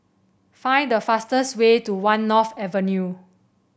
find the fastest way to One North Avenue